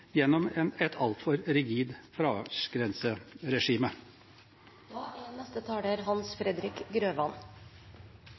gjennom et altfor rigid fraværsgrenseregime. Fraværsgrense i videregående skole er